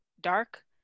dark